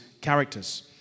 characters